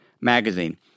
Magazine